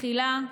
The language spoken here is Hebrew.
מחילה.